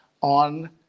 on